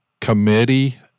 committee